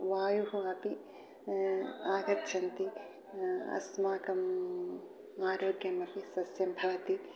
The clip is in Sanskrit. वायुः अपि आगच्छन्ति अस्माकं आरोग्यम् अपि स्वस्थं भवति